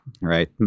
right